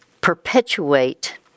perpetuate